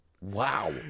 Wow